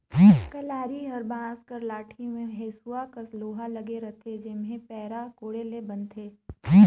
कलारी हर बांस कर लाठी मे हेसुवा कस लोहा लगे रहथे जेम्हे पैरा कोड़े ले बनथे